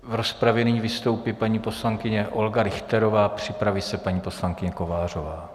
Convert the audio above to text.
V rozpravě nyní vystoupí paní poslankyně Olga Richterová, připraví se paní poslankyně Kovářová.